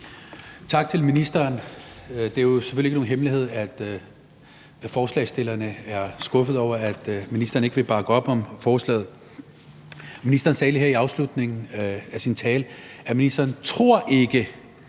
Tak til ministeren. Det er selvfølgelig ikke nogen hemmelighed, at forslagsstillerne er skuffet over, at ministeren ikke vil bakke op om forslaget. Ministeren sagde her ved afslutningen af sin tale, at ministeren ikke